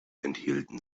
enthielten